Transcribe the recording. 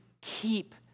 keep